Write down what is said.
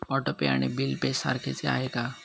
Auto pay आणि bill pay सारखेच आहे का?